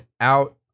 out